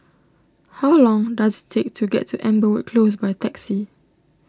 how long does it take to get to Amberwood Close by taxi